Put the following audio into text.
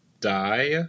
die